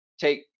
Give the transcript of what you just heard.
take